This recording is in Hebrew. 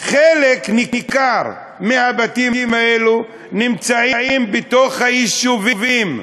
חלק ניכר מהבתים האלה נמצאים בתוך היישובים,